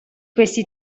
questi